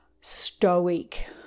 stoic